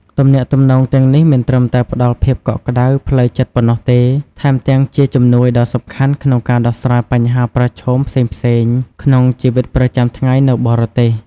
ទំនាក់ទំនងទាំងនេះមិនត្រឹមតែផ្ដល់ភាពកក់ក្ដៅផ្លូវចិត្តប៉ុណ្ណោះទេ ថែមទាំងជាជំនួយដ៏សំខាន់ក្នុងការដោះស្រាយបញ្ហាប្រឈមផ្សេងៗក្នុងជីវិតប្រចាំថ្ងៃនៅបរទេស ។